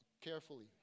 carefully